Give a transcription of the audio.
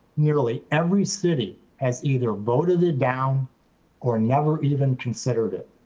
nearly every city has either voted it down or never even considered it.